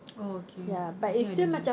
orh okay I think I don't have